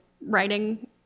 writing